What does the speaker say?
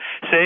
say